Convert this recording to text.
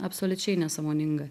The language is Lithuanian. absoliučiai nesąmoninga